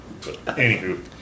Anywho